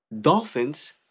Dolphins